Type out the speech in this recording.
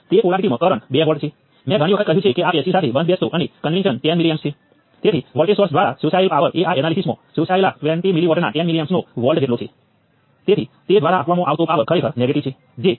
તમે આમાંથી કયા ફેરફારોની અપેક્ષા રાખો છો મેં સર્કિટ સાથે જોડાયેલા ઈન્ડિપેન્ડેન્ટ સોર્સોમાં ફેરફારો કર્યા છે તેથી આ સર્કિટની જમણી બાજુ બદલશે